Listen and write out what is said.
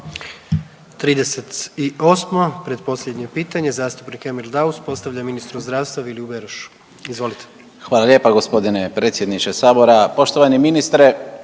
38. pretposljednje pitanje zastupnik Emil Daus postavlja ministru zdravstva Viliju Berošu. Izvol8ite. **Daus, Emil (IDS)** Hvala lijepa gospodine predsjedniče Sabora, poštovani ministre.